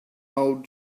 old